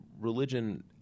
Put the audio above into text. religion